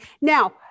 Now